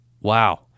Wow